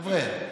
חבר'ה,